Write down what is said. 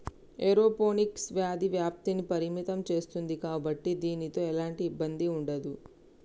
aeroponics వ్యాధి వ్యాప్తిని పరిమితం సేస్తుంది కాబట్టి దీనితో ఎలాంటి ఇబ్బంది ఉండదు